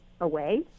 away